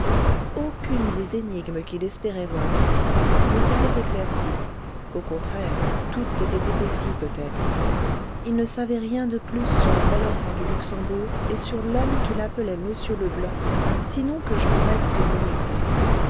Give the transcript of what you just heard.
aucune des énigmes qu'il espérait voir dissiper ne s'était éclaircie au contraire toutes s'étaient épaissies peut-être il ne savait rien de plus sur la belle enfant du luxembourg et sur l'homme qu'il appelait m leblanc sinon que jondrette les connaissait